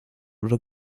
oder